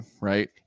right